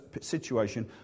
situation